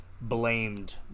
blamed